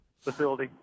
facility